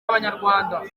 abanyarwanda